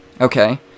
Okay